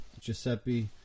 Giuseppe